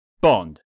Bond